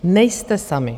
Nejste sami.